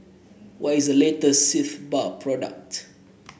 what is the latest Sitz Bath product